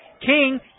King